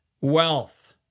wealth